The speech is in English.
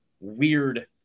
weird